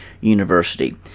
University